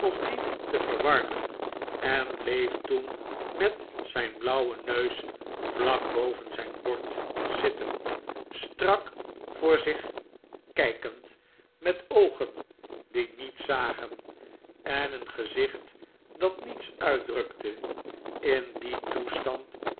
die te warmen en bleef toen met zijn blauwen neus vlak boven zijn bord zitten strak voor zich kijkend met oogen die niets zagen en een gezicht dat niets uitdrukte in dien toestand